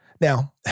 Now